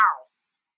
house